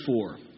four